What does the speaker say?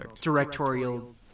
directorial